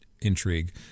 intrigue